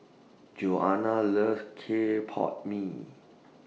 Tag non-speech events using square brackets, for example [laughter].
[noise] Joana loves Clay Pot Mee